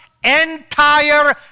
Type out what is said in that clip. entire